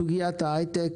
בסוגיית ההייטק